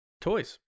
Toys